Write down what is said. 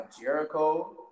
Jericho